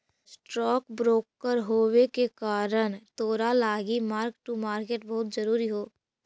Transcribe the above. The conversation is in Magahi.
स्टॉक ब्रोकर होबे के कारण तोरा लागी मार्क टू मार्केट बहुत जरूरी हो